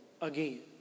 again